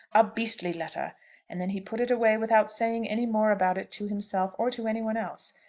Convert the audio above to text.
a beastly letter and then he put it away without saying any more about it to himself or to any one else.